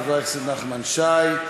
תודה רבה, חבר הכנסת נחמן שי.